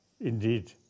Indeed